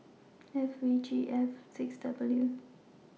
F V G F six W